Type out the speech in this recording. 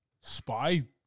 spy